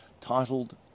titled